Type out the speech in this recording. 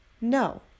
no